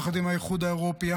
יחד עם האיחוד האירופי,